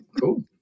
cool